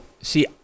See